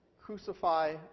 crucify